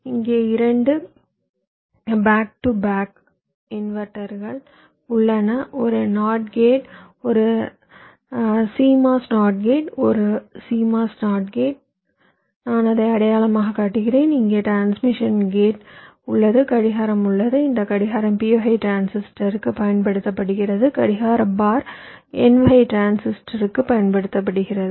இங்கே இரண்டு back to back இன்வெர்ட்டர்கள் உள்ளன ஒரு நாட் கேட் ஒரு சிஎம்ஓஎஸ் நாட் கேட் ஒரு சிஎம்ஓஎஸ் நாட் கேட் நான் அதை அடையாளமாகக் காட்டுகிறேன் இங்கே டிரான்ஸ்மிஷன் கேட் உள்ளது கடிகாரம் உள்ளது இந்த கடிகாரம் p வகை டிரான்சிஸ்டருக்குப் பயன்படுத்தப்படுகிறது கடிகாரப் பார் n வகை டிரான்சிஸ்டருக்குப் பயன்படுத்தப்படுகிறது